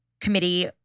committee